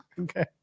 Okay